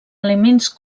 elements